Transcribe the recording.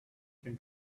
can